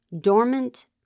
dormant